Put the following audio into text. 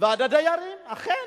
ועד הדיירים, אכן.